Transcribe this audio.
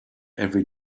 every